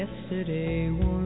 Yesterday